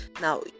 Now